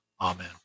amen